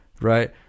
right